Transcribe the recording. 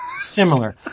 similar